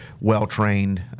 well-trained